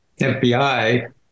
FBI